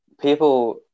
people